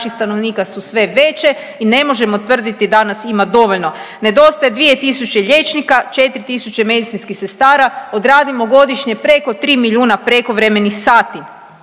stanovnika su sve veće i ne možemo tvrditi da nas ima dovoljno. Nedostaje 2000 liječnika, 4000 medicinskih sestara odradimo godišnje preko 3 milijuna prekovremenih sati.